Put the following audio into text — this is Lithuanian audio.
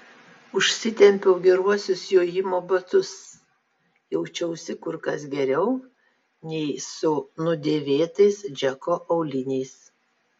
užsitempiau geruosius jojimo batus jaučiausi kur kas geriau nei su nudėvėtais džeko auliniais